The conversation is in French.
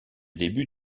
début